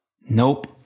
Nope